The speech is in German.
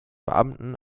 beamten